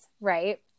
right